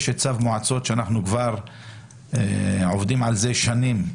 יש צו מועצות שאנחנו עובדים עליו שנים,